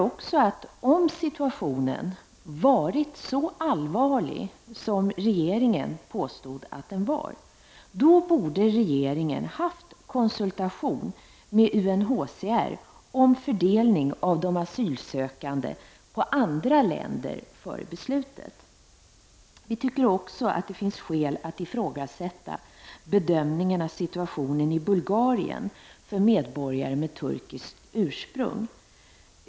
Om situationen var så allvarlig som regeringen påstod att den var, borde regeringen före beslutet ha haft konsultation med UNHCR om en fördelning av de asylsökande på andra länder. Det finns också skäl att ifrågasätta bedömningen av situationen i Bulgarien för medborgare med turkiskt ursprung.